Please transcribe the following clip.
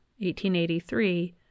1883